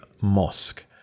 mosque